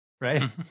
right